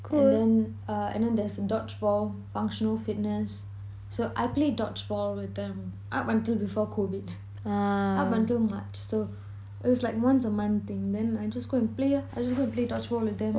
and then uh and then there's dodgeball functional fitness so I play dodgeball all the time up until COVID up until march so it's like once a month thing then I just go and play lah I just go and play dodgeball with them